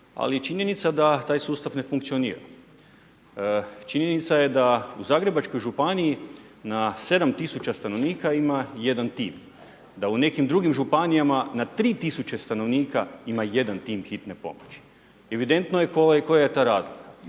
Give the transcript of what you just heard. je činjenica da taj sustav ne funkcionira. Činjenica je da u Zagrebačkoj županiji na 7 tisuća stanovnika ima jedan tim. Da u nekim drugim županijama na 3 tisuće stanovnika ima jedan tim hitne pomoći. Evidentno je koja je ta razlika.